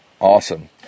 awesome